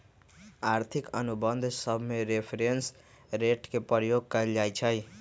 आर्थिक अनुबंध सभमें रेफरेंस रेट के प्रयोग कएल जाइ छइ